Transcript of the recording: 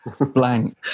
blank